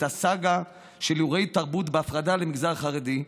הסאגה של אירועי תרבות בהפרדה למגזר החרדי,